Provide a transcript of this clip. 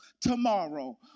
tomorrow